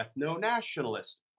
ethno-nationalist